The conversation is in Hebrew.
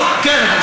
כן,